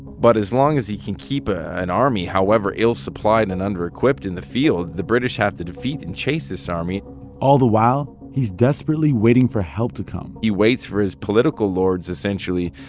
but as long as he can keep an army, however ill-supplied and under-equipped in the field, the british have to defeat and chase this army all the while, he's desperately waiting for help to come he waits for his political lords, essentially,